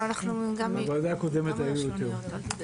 בוועדה הקודמת היו יותר.